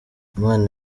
imana